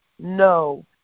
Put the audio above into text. No